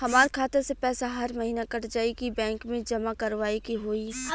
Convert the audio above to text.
हमार खाता से पैसा हर महीना कट जायी की बैंक मे जमा करवाए के होई?